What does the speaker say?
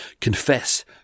confess